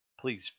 Please